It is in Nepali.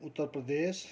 उत्तर प्रदेश